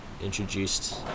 introduced